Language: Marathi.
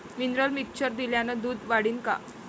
मिनरल मिक्चर दिल्यानं दूध वाढीनं का?